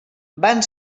van